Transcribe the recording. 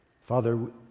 father